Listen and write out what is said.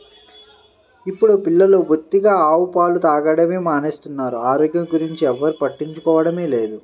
ఇప్పుడు పిల్లలు బొత్తిగా ఆవు పాలు తాగడమే మానేస్తున్నారు, ఆరోగ్యం గురించి ఎవ్వరు పట్టించుకోవడమే లేదు